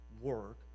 work